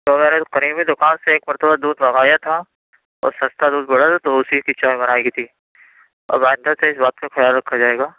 تو میرے قریبی دُکان سے ایک مرتبہ دُودھ منگایا تھا اور سَستا دُودھ پرا تھا تو اُسی کی چائے بنائی تھی اور آئندہ سے اِس بات کا خیال رکھا جائے گا